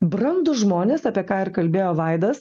brandūs žmonės apie ką ir kalbėjo vaidas